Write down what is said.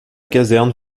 caserne